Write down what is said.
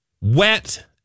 Wet